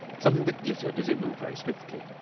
something that glittered as it moved very swiftly.